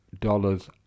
dollars